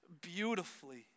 beautifully